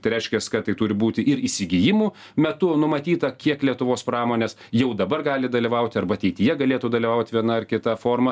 tai reiškias kad tai turi būti ir įsigijimų metu numatyta kiek lietuvos pramonės jau dabar gali dalyvauti arba ateityje galėtų dalyvaut viena ar kita forma